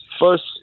first